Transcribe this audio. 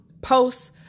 posts